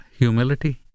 Humility